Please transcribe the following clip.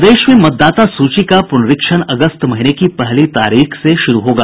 प्रदेश में मतदाता सूची का पुनरीक्षण अगस्त महीने की पहली तारीख से शुरू होगा